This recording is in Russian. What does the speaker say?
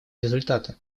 результата